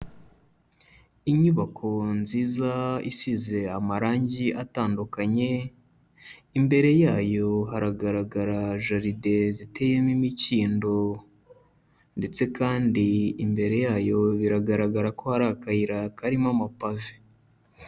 Inyubako nziza isize amarange atandukanye, imbere yayo haragaragara jaride ziteyemo imikindo ndetse kandi imbere yayo biragaragara ko hari akayira karimo amapave.